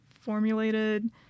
formulated